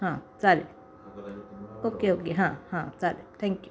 हां चालेल okay okay हां हां चालेल थँक्यू